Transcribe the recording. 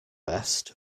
best